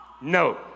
no